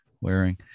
wearing